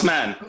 Man